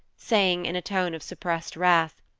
saying, in a tone of suppressed wrath,